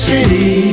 City